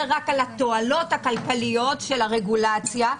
רק על התועלות הכלכליות של הרגולציה,